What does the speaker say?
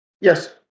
Yes